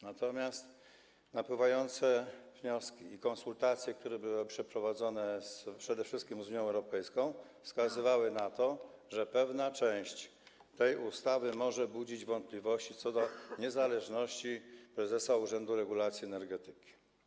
Natomiast napływające wnioski i konsultacje, które były przeprowadzone przede wszystkim z Unią Europejską, wskazywały na to, że pewna część tej ustawy może budzić wątpliwości co do niezależności prezesa Urzędu Regulacji Energetyki.